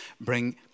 Bring